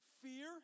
Fear